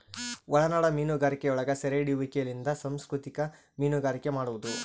ಒಳನಾಡ ಮೀನುಗಾರಿಕೆಯೊಳಗ ಸೆರೆಹಿಡಿಯುವಿಕೆಲಿಂದ ಸಂಸ್ಕೃತಿಕ ಮೀನುಗಾರಿಕೆ ಮಾಡುವದು